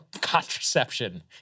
contraception